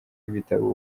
w’ibitabo